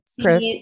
Chris